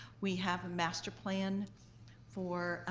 we have a master plan for,